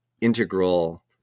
integral